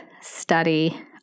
study